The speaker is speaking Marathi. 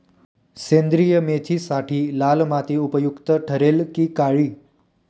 सेंद्रिय मेथीसाठी लाल माती उपयुक्त ठरेल कि काळी?